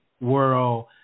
world